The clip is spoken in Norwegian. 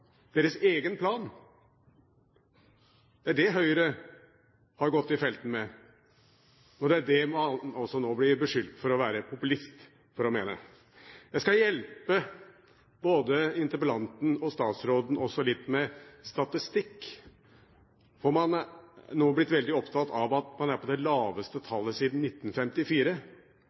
deres egen plan. Det er det Høyre har gått i felten med, og det er det man altså nå blir beskyldt for å være populist for å mene. Jeg skal hjelpe både interpellanten og statsråden litt med statistikk, for man er nå blitt veldig opptatt av at man er på det laveste tallet siden 1954.